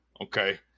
Okay